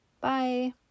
Bye